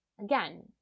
Again